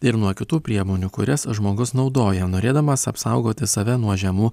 ir nuo kitų priemonių kurias žmogus naudoja norėdamas apsaugoti save nuo žemų